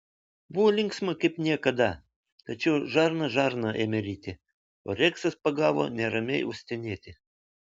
buvo linksma kaip niekada tačiau žarna žarną ėmė ryti o reksas pagavo neramiai uostinėti